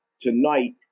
tonight